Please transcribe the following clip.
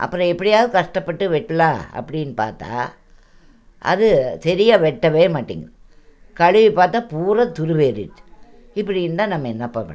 அப்றம் எப்படியாவது கஷ்டப்பட்டு வெட்டலாம் அப்படின்னு பார்த்தா அது சரியா வெட்ட மாட்டேங்குது கழுவி பார்த்தேன் பூரா துருவேறிடுச்சு இப்படி இருந்தால் நம்ம என்னப்பா பண்ணமுடியும்